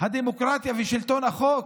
הדמוקרטיה ושלטון החוק,